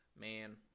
Man